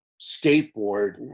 skateboard